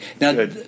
Now